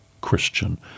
Christian